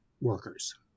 workers